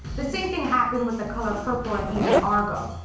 the same thing happened with the colour purple and even argo.